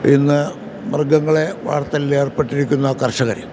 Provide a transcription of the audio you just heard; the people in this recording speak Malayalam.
ഇന്ന് മൃഗങ്ങളെ വളർത്തലിലേർപ്പെട്ടിരിക്കുന്ന കർഷകർ